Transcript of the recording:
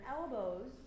elbows